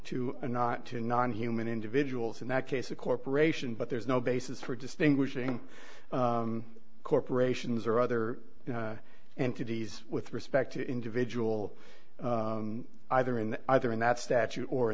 a not to nonhuman individuals in that case a corporation but there's no basis for distinguishing corporations or other entities with respect to individual either in either in that statute or